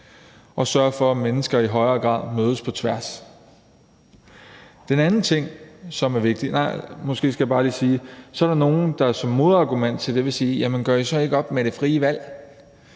og sørger for, at mennesker i højere grad mødes på tværs. Så skal jeg måske også bare lige sige, at der er nogle, der som modargument til det vil sige: Jamen gør I så ikke op med det frie valg?